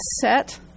set